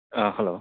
ꯑꯥ hello